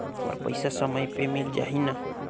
मोर पइसा समय पे मिल जाही न?